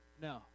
No